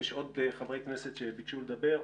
יש עוד חברי כנסת שביקשו לדבר.